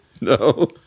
No